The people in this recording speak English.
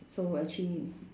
so actually